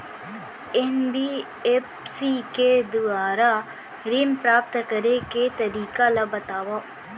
NBFC के दुवारा ऋण प्राप्त करे के तरीका ल बतावव?